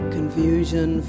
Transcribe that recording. Confusion